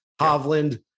Hovland